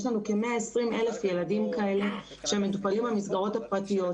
יש לנו כ-120,000 ילדים כאלה שמטופלים במסגרות הפרטיות.